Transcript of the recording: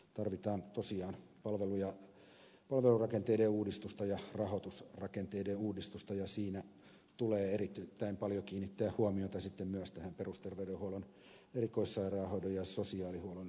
tarvitaan tosiaan palvelurakenteiden uudistusta ja rahoitusrakenteiden uudistusta ja siinä tulee erittäin paljon kiinnittää huomiota sitten myös tähän perusterveydenhuollon erikoissairaanhoidon ja sosiaalihuollon yhteistoimintaan